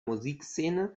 musikszene